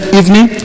evening